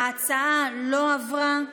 ההצעה לא עברה.